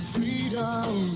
Freedom